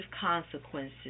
consequences